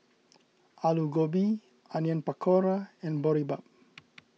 Alu Gobi Onion Pakora and Boribap